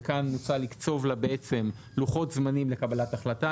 וכאן מוצע לקצוב לה בעצם לוחות זמנים לקבלת ההחלטה,